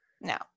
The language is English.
No